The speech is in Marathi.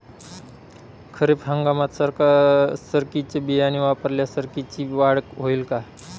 खरीप हंगामात सरकीचे बियाणे वापरल्यास सरकीची वाढ होईल का?